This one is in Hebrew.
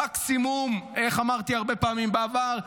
מקסימום, איך אמרתי הרבה פעמים בעבר?